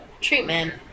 treatment